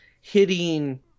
hitting